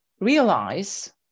realize